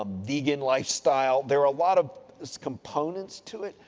um vegan lifestyle. there are a lot of components to it.